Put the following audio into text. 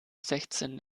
sechzehn